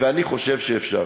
ואני חושב שאפשר.